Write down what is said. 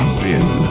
bin